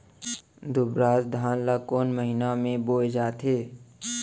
दुबराज धान ला कोन महीना में बोये जाथे?